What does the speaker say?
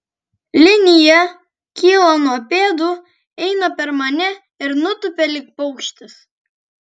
linija kyla nuo pėdų eina per mane ir nutupia lyg paukštis